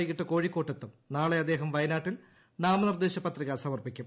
വൈകിട്ട് കോഴിക്കോട്ടെത്തും നാളെ അദ്ദേഹം വയനാട്ടിൽ നാമനിർദ്ദേശ ്പത്രിക സമർപ്പിക്കും